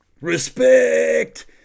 respect